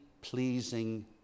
pleasing